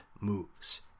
moves